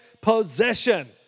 possession